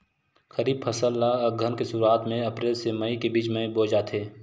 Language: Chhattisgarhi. खरीफ फसल ला अघ्घन के शुरुआत में, अप्रेल से मई के बिच में बोए जाथे